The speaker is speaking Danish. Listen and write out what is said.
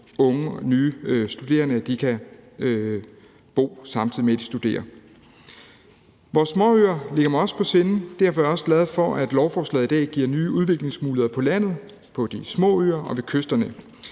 de unge og nye studerende kan bo, samtidig med at de studerer. Vores småøer ligger mig også på sinde. Derfor er jeg også glad for, at lovforslaget i dag giver nye udviklingsmuligheder på landet, på de små øer og ved kysterne.